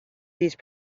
these